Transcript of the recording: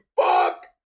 fuck